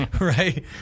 right